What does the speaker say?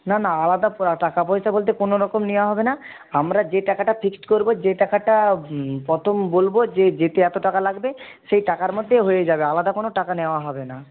না না আলাদা টাকা পয়সা বলতে কোনো রকম নেওয়া হবে না আমরা যে টাকাটা ফিক্সড করবো যে টাকাটা প্রথম বলবো যে যেতে এতো টাকা লাগবে সেই টাকার মধ্যে হয়ে যাবে আলাদা কোনো টাকা নেওয়া হবে না